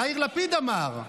יאיר לפיד אמר: